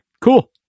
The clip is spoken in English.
cool